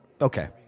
Okay